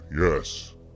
Yes